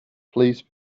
please